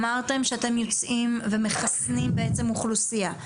אמרת שאתם יוצאים ומחסנים בעצם אוכלוסייה.